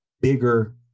bigger